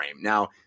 Now